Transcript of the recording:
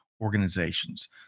organizations